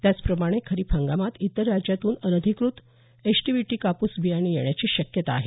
त्याचप्रमाणे खरीप हंगामात इतर राज्यांतून अनधिकृत एचटीबीटी कापूस बियाणे येण्याची शक्यता आहे